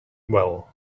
well